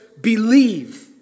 believe